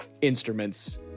instruments